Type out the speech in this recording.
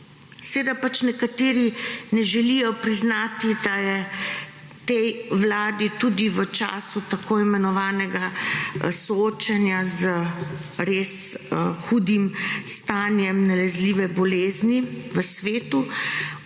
seveda nekateri ne želijo priznati, da je tej Vladi tudi v času tako imenovanega soočenja z res hudim stanjem nalezljive bolezni v svetu,